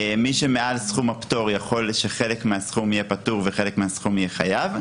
מי שמעל סכום הפטור יכול שחלק מהסכום יהיה פטור וחלק מהסכום יהיה חייב.